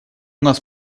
нас